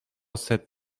sept